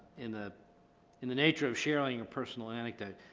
in ah in the nature of sharing a personal anecdote.